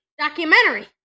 documentary